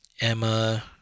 emma